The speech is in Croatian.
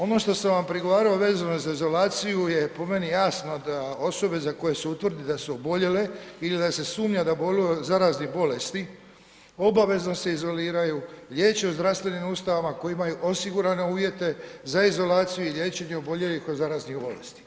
Ono što sam vam prigovarao vezano za izolaciju je po meni jasno da osobe za koje se utvrdi da su oboljele ili da se sumnja da boluju od zaraznih bolesti obavezno se izoliraju, liječe u zdravstvenim ustanovama ako imaju osigurane uvjete za izolaciju i liječenje oboljelih od zaraznih bolesti.